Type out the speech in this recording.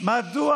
מדוע